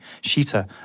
Sheeta